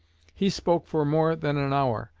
he spoke for more than an hour,